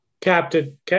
Captain